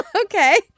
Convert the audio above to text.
Okay